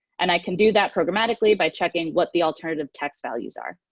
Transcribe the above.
and i can do that programmatically by checking what the alternative text values are.